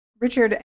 Richard